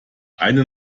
eine